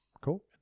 cool